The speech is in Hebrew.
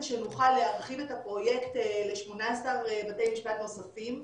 שנוכל להרחיב את הפרויקט ל-18 בתי משפט נוספים.